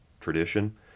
tradition